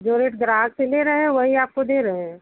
जो रेट ग्राहक से ले रहे हैं वही आपको दे रहे हैं